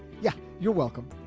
yeah. you're welcome.